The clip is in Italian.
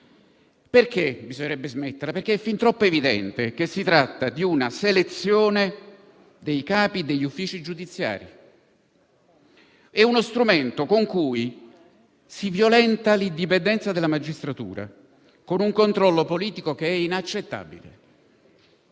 perché è fin troppo evidente che si tratta di una selezione dei capi degli uffici giudiziari. È uno strumento con cui si violenta l'indipendenza della magistratura con un controllo politico inaccettabile.